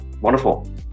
Wonderful